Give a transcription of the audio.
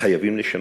חייבים לשנות".